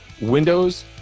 windows